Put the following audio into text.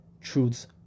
Truths